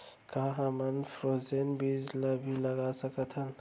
का हमन फ्रोजेन बीज ला भी लगा सकथन?